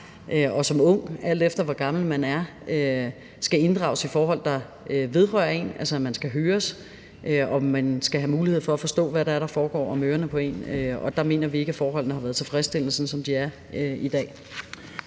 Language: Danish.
og som ung, alt efter hvor gammel man er, skal inddrages i forhold, der vedrører en, altså at man skal høres og man skal have mulighed for at forstå, hvad der foregår omkring ørerne på en. Og der mener vi ikke, at forholdene er tilfredsstillende, sådan som de er i dag.